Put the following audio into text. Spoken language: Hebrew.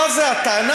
מה זה התנ"ך?